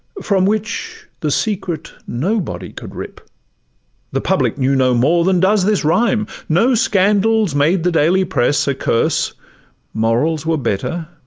from which the secret nobody could rip the public knew no more than does this rhyme no scandals made the daily press a curse morals were better,